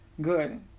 good